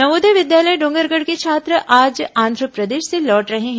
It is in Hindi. नवोदय विद्यालय डोंगरगढ़ के छात्र आज आंधप्रदेश से लौट रहे हैं